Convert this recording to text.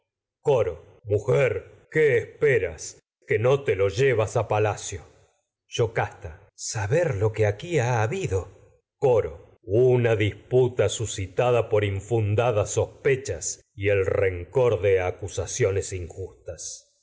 mujer esperas te lo llevas a palacio yocasta saber lo que aquí ha habido coro chas una disputa suscitada por infundadas sospe de acusaciones injustas